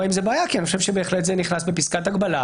עם זה בעיה כי אני חושב שבהחלט זה נכנס לפסקת הגבלה,